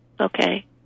Okay